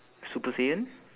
super saiyan